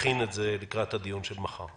יכין את זה לקראת הדיון של מחר.